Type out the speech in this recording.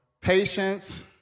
patience